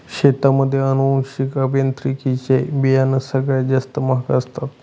शेतीमध्ये अनुवांशिक अभियांत्रिकी चे बियाणं सगळ्यात जास्त महाग असतात